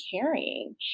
carrying